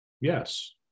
Yes